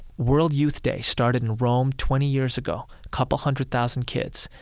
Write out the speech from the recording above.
world youth day started in rome twenty years ago, couple hundred thousand kids.